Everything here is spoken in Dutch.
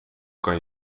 kan